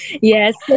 Yes